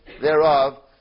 thereof